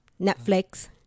Netflix